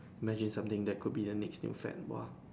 imagine something that could be the next new fad !wah!